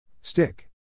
Stick